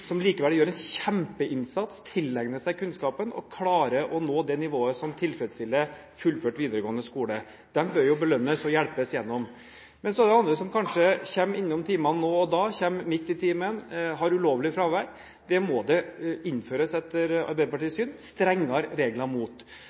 som likevel gjør en kjempeinnsats, tilegner seg kunnskapen og klarer å nå det nivået som tilfredsstiller fullført videregående skole. De bør belønnes og hjelpes igjennom. Men så er det andre som kanskje kommer innom timene nå og da, kommer midt i timen, har ulovlig fravær. Det må det etter Arbeiderpartiets syn innføres strengere regler mot.